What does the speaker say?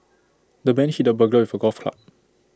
the man hit the burglar with A golf club